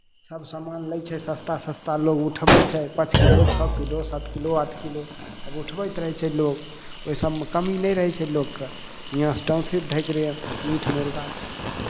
सभ सामान लै छै सस्ता सस्ता लोक उठबै छै पाँच किलो छओ किलो सात किलो आठ किलो आब उठबैत रहै छै लोक ओहि सभमे कमी नहि रहै छै लोकके यहाँसँ टाउनशिप भए गेलै मीट मुर्गा